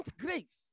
grace